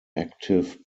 active